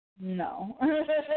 no